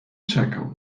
czekał